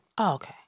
okay